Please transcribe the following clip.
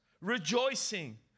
rejoicing